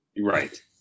Right